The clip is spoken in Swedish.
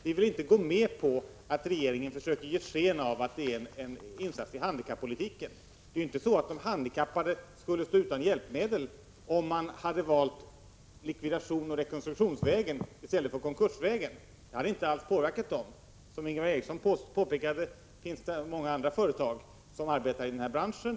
Jag vill inte gå med på att regeringen försöker ge sken av att det är en insats i handikappolitiken. De handikappade skulle inte stå utan hjälpmedel, om man i stället hade valt likvidationsoch rekonstruktionsvägen. Som Ingvar Eriksson påpekade, finns det många andra företag som arbetar i branschen.